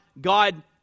God